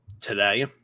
today